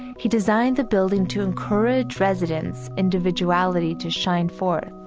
he designed the building to encourage residents' individuality to shine forth,